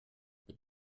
mit